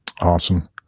Awesome